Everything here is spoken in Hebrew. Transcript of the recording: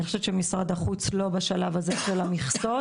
אני חושבת שמשרד החוץ לא חלק מהשלב הזה של המכסות,